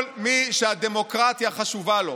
כל מי שהדמוקרטיה חשובה לו,